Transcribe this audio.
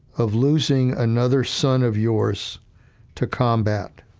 of losing another son of yours to combat.